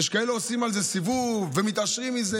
שיש כאלה שעושים על זה סיבוב ומתעשרים מזה.